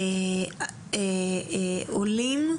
עולים,